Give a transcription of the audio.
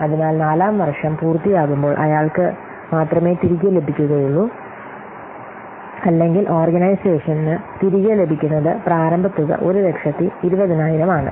അതിനാൽ നാലാം വർഷം പൂർത്തിയാകുമ്പോൾ അയാൾക്ക് മാത്രമേ തിരികെ ലഭിക്കുകയുള്ളൂ അല്ലെങ്കിൽ ഓർഗനൈസേഷൻ തിരികെ ലഭിക്കുന്നത് പ്രാരംഭ തുക 120000 ആണ്